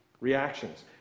Reactions